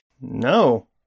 No